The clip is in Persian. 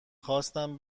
خواستم